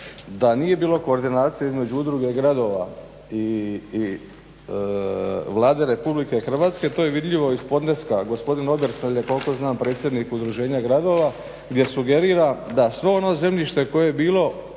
da nije bilo koordinacije između udruge gradova i Vlade Republike Hrvatske. To je vidljivo iz podneska. Gospodin Obersnel je koliko znam predsjednik udruženja gradova gdje sugerira da sve ono zemljište koje je bilo